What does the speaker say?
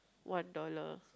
one dollar